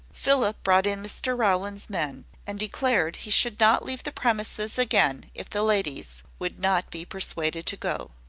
philip brought in mr rowland's men and declared he should not leave the premises again if the ladies would not be persuaded to go.